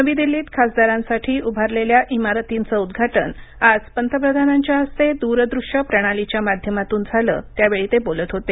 नवी दिल्लीत खासदारांसाठी उभारलेल्या इमारतींचं उद्घाटन आज पंतप्रधानांच्या हस्ते द्रदृश्य प्रणालीच्या माध्यमातून झालं त्यावेळी ते बोलत होते